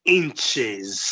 inches